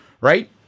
right